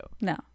No